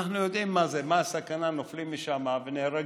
אנחנו יודעים מה הסכנה: נופלים משם ונהרגים.